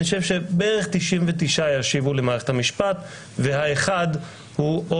אני חושב שבערך 99 ישיבו למערכת המשפט וה-1 הוא או